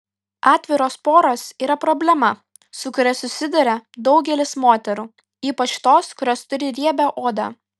atviros poros yra problema su kuria susiduria daugelis moterų ypač tos kurios turi riebią odą